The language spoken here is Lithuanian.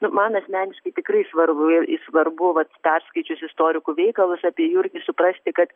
nu man asmeniškai tikrai svarbu ir svarbu vat perskaičius istorikų veikalus apie jurgį suprasti kad